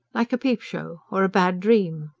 like a peep-show. or a bad dream.